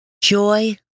Joy